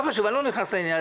לא חשוב, אני לא נכנס לעניין.